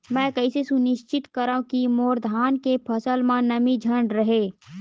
मैं कइसे सुनिश्चित करव कि मोर धान के फसल म नमी झन रहे?